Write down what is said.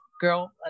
girl